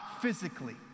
physically